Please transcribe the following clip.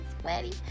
sweaty